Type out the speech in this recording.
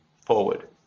forward